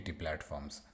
platforms